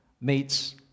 meets